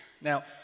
Now